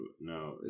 No